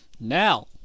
now